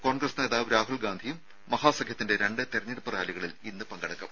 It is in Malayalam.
കോൺഗ്രസ് നേതാവ് രാഹുൽ ഗാന്ധിയും മഹാസഖ്യത്തിന്റെ രണ്ട് തെരഞ്ഞെടുപ്പ് റാലികളിൽ ഇന്ന് പങ്കെടുക്കും